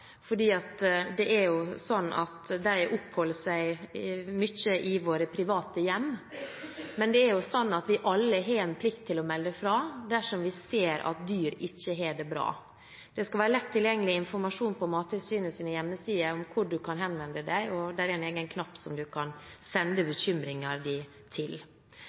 fordi de oppholder seg mye i våre private hjem, men vi har jo alle en plikt til å melde fra dersom vi ser at dyr ikke har det bra. Det skal være lett tilgjengelig informasjon på Mattilsynets hjemmesider om hvor en kan henvende seg, og det er en egen knapp til å sende inn bekymringsmeldinger. Det er også sånn at et av de